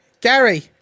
Gary